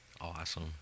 Awesome